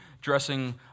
dressing